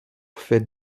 fait